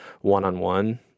one-on-one